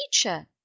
teacher